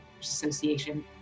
Association